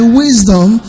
wisdom